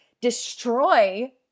destroy